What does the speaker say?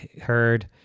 heard